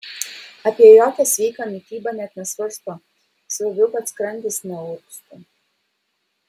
apie jokią sveiką mitybą net nesvarsto svarbiau kad skrandis neurgztų